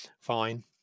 fine